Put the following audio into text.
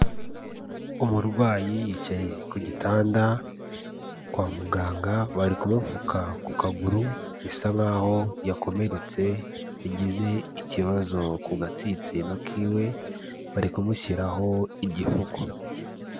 Umurwayi yicaye ku gitanda kwa muganga bari kumupfuka kukaguru bisa nk'aho yakomeretse yagize ikibazo kugatsinsino kiwe bari kumushyiraho igipfuko.